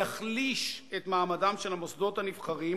יחליש את מעמדם של המוסדות הנבחרים